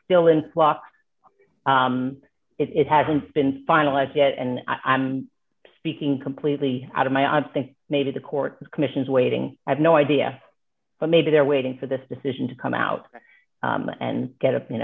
still in flux it hasn't been finalized yet and i'm speaking completely out of my i think maybe the courts commission is waiting i have no idea but maybe they're waiting for this decision to come out and get up you